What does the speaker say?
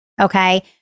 Okay